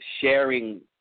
sharing